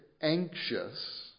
anxious